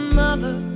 mother